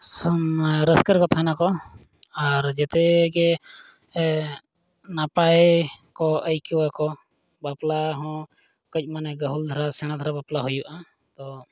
ᱥᱩᱢ ᱨᱟᱹᱥᱠᱟᱹ ᱨᱮᱠᱚ ᱛᱟᱦᱮᱱᱟ ᱠᱚ ᱟᱨ ᱡᱚᱛᱚᱜᱮ ᱱᱟᱯᱟᱭ ᱠᱚ ᱟᱹᱭᱠᱟᱹᱣ ᱟᱠᱚ ᱵᱟᱯᱞᱟ ᱦᱚᱸ ᱠᱟᱹᱡ ᱢᱟᱱᱮ ᱜᱟᱹᱦᱩᱞ ᱫᱷᱟᱨᱟ ᱥᱮᱬᱟ ᱫᱷᱟᱨᱟ ᱵᱟᱯᱞᱟ ᱦᱩᱭᱩᱜᱼᱟ ᱛᱚ